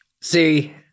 See